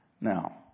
Now